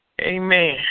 Amen